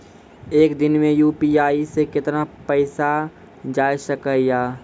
एक दिन मे यु.पी.आई से कितना पैसा जाय सके या?